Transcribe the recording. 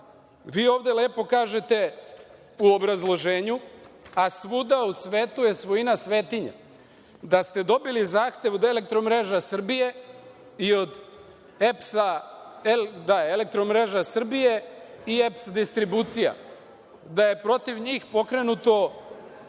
ovde lepo kažete u obrazloženju, a svuda u svetu je svojina svetinja. Da ste dobili zahtev od Elektromreža Srbije, i EPS distribucija, da je protiv njih pokrenuto